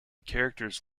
characters